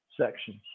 sections